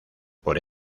por